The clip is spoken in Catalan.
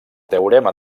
teorema